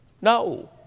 No